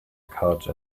couch